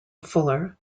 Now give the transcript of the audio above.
fuller